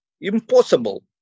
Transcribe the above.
Impossible